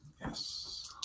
Yes